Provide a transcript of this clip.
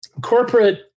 corporate